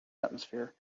atmosphere